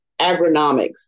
Agronomics